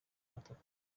batatu